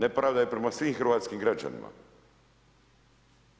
Nepravda i prema svim hrvatskim građanima